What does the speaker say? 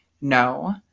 No